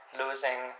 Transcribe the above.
losing